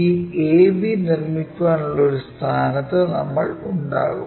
ഈ ab നിർമ്മിക്കാനുള്ള ഒരു സ്ഥാനത്ത് നമ്മൾ ഉണ്ടാകും